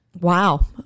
Wow